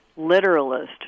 literalist